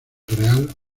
real